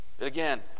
again